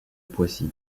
poissy